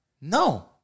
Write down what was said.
No